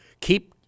Keep